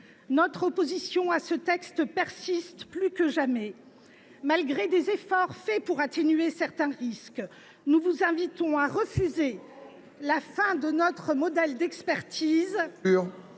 notre opposition à ce texte persiste. Malgré les efforts faits pour atténuer certains risques, nous vous invitons à refuser la fin de notre modèle d’expertise…